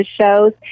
shows